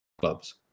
Clubs